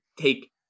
take